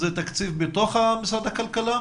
זה תקציב בתוך משרד הכלכלה?